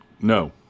No